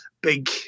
big